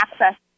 access